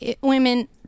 Women